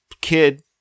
kid